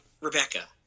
Rebecca